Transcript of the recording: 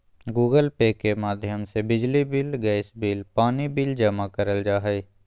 Google Pay के माध्यम से बिजली बिल, गैस बिल, पानी बिल जमा करल जा हय